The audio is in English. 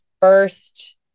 first